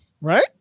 right